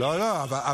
לא משתמשים.